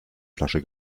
flasche